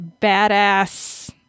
badass